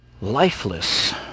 lifeless